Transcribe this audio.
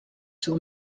seu